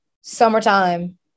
summertime